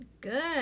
good